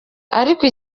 ariko